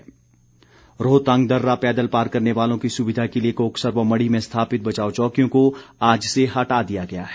रोहतांग दर्रा रोहतांग दर्रा पैदल पार करने वालों की सुविधा के लिए कोकसर व मढ़ी में स्थापित बचाव चौकियों को आज से हटा दिया गया है